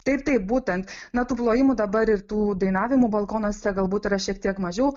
taip taip būtent na tų plojimų dabar ir tų dainavimų balkonuose galbūt yra šiek tiek mažiau